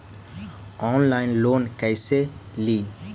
Online loan कैसे ली?